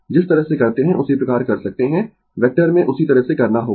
जिस तरह से करते है उसी प्रकार कर सकते है वेक्टर में उसी तरह से करना होगा